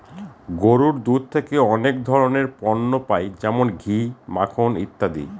গরুর দুধ থেকে অনেক ধরনের পণ্য পাই যেমন ঘি, মাখন ইত্যাদি